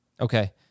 Okay